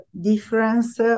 difference